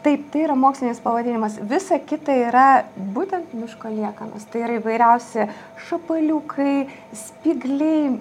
taip tai yra mokslinis pavadinimas visa kita yra būtent miško liekanos tai yra įvairiausi šapaliukai spygliai